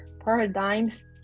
paradigms